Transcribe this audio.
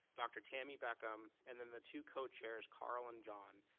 dr. tammy beckham and the two co-chairs carl and john,